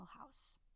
House